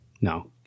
No